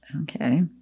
okay